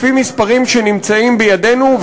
לפי מספרים שנמצאים בידינו,